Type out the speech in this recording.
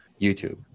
YouTube